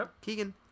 Keegan